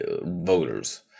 voters